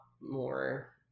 more